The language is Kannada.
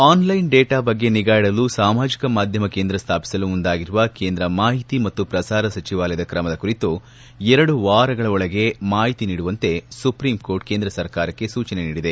ಆನ್ಲೈನ್ ಡಾಟಾ ಬಗ್ಗೆ ನಿಗಾ ಇಡಲು ಸಾಮಾಜಿಕ ಮಾಧ್ಯಮ ಕೇಂದ್ರ ಸ್ಟಾಪಿಸಲು ಮುಂದಾಗಿರುವ ಕೇಂದ್ರ ಮಾಹಿತಿ ಮತ್ತು ಪ್ರಸಾರ ಸಚಿವಾಲಯ ಕ್ರಮದ ಕುರಿತು ಎರಡು ವಾರಗಳ ಒಳಗೆ ಮಾಹಿತಿ ನೀಡುವಂತೆ ಸುಪ್ರೀಂಕೋರ್ಟ್ ಕೇಂದ್ರ ಸರ್ಕಾರಕ್ಕೆ ಸೂಚನೆ ನೀಡಿದೆ